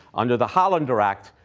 under the hollander act,